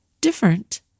different